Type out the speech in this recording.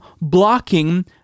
blocking